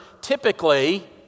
typically